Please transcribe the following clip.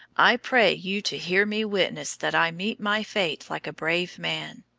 i pray you to hear me witness that i meet my fate like a brave man.